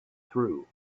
through